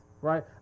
right